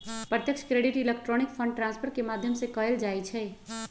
प्रत्यक्ष credit electronic fund transfer के माध्यम से कएल जाइ छइ